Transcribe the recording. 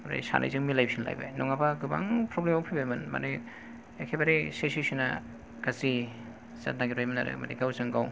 ओमफ्राय सानैजों मिलायफिनलायबाय नङाबाथ गोबां फ्रबेलेमाव फैबायमोन माने एखेबारे सिथुएसना गाज्रि जानो नागिरबाय मोन आरो माने गावजों गाव